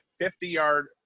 50-yard